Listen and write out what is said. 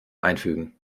einfügen